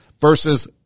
versus